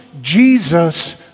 Jesus